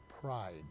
pride